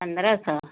पन्द्रह सौ